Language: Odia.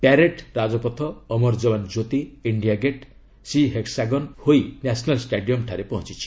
parade Rajpath Amar Jawan Jyoti India gate C hexagon ହୋଇ ନ୍ୟାସନାଲ୍ ଷ୍ଟାଡିୟମ୍ରେ ପହଞ୍ଚିଛି